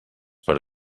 per